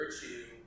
virtue